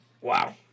Wow